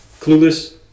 clueless